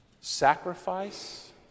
sacrifice